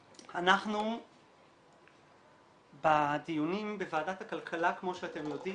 אנחנו בדיונים בוועדת הכלכלה כמו שאתם יודעים,